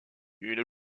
une